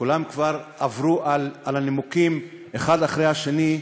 כולם כבר עברו על הנימוקים אחד אחרי השני.